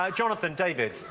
um jonathan, david,